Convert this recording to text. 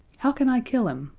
how can i kill him?